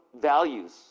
values